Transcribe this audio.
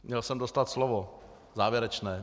Měl jsem dostat slovo závěrečné.